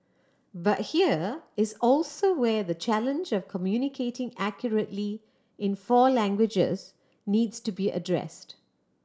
but here is also where the challenge of communicating accurately in four languages needs to be addressed